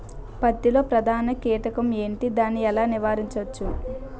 పత్తి లో ప్రధాన కీటకం ఎంటి? దాని ఎలా నీవారించచ్చు?